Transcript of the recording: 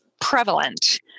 prevalent